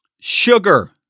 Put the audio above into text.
Sugar